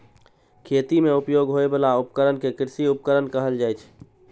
खेती मे उपयोग होइ बला उपकरण कें कृषि उपकरण कहल जाइ छै